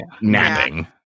napping